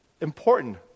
important